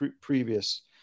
previous